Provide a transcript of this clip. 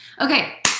Okay